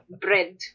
Bread